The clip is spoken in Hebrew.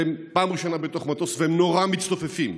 והם פעם ראשונה בתוך מטוס, והם נורא מצטופפים.